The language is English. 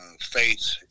faith